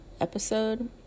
episode